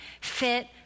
fit